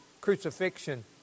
crucifixion